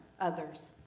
others